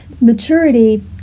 maturity